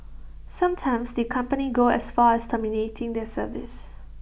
sometimes the company go as far as terminating their service